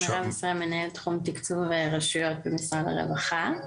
אני מנהלת תחום תקצוב רשויות במשרד הרווחה.